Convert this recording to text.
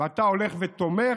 ואתה הולך ותומך?